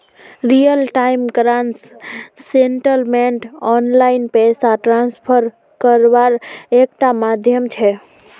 real time gross settlement online पैसा transfer कारवार एक टा माध्यम छे